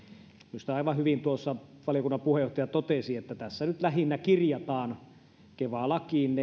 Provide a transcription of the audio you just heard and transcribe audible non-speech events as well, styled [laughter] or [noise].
minusta aivan hyvin tuossa valiokunnan puheenjohtaja totesi että tässä nyt lähinnä kirjataan keva lakiin [unintelligible]